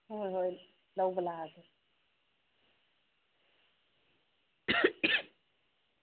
ꯍꯣꯏ ꯍꯣꯏ ꯂꯧꯕ ꯂꯥꯛꯑꯒꯦ